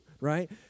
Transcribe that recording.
right